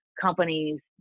companies